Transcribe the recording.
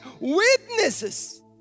witnesses